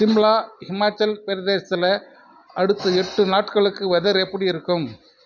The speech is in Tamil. சிம்லா ஹிமாச்சல் பிரதேசத்துல அடுத்த எட்டு நாட்களுக்கு வெதர் எப்படி இருக்கும்